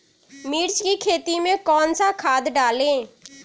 मिर्च की खेती में कौन सा खाद डालें?